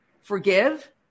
forgive